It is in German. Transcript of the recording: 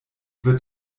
wird